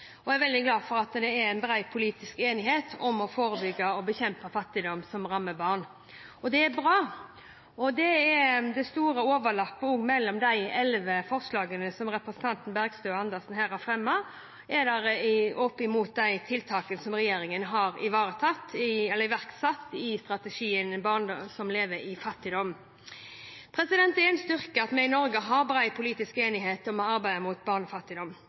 og jeg er veldig glad for at det er bred politisk enighet om å forebygge og bekjempe fattigdom som rammer barn. Det er bra, og det er stor overlapp mellom de elleve forslagene som representantene Bergstø og Andersen har fremmet, og de tiltak regjeringen har iverksatt i strategien Barn som lever i fattigdom. Det er en styrke at vi i Norge har bred politisk enighet om arbeidet mot barnefattigdom.